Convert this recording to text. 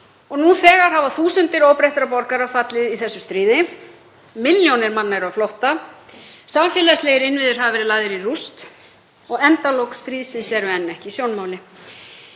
Nú þegar hafa þúsundir óbreyttra borgara fallið í þessu stríði, milljónir manna eru á flótta, samfélagslegir innviðir hafa verið lagðir í rúst og endalok stríðsins eru enn ekki í sjónmáli.